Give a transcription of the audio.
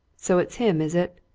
so it's him, is it?